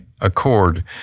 Accord